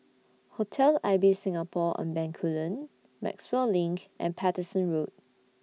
Hotel Ibis Singapore on Bencoolen Maxwell LINK and Paterson Road